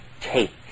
take